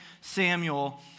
Samuel